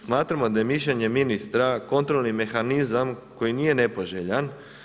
Smatramo da je mišljenje ministra kontrolni mehanizam koji nije nepoželjan.